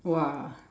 !wah!